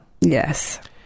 Yes